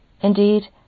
Indeed